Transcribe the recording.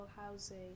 housing